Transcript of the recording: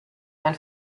ein